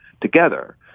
together